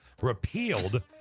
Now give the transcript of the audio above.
repealed